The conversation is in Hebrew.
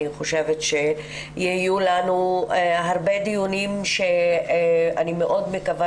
אני חושבת שיהיו לנו הרבה דיונים שאני מאוד מקווה